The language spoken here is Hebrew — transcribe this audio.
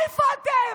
איפה אתם?